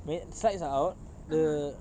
main slides are out the